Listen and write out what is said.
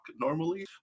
normally